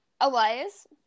Elias